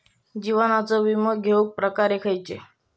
जीवनाचो विमो घेऊक प्रकार खैचे?